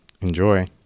Enjoy